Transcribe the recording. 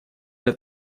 для